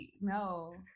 no